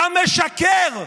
אתה משקר.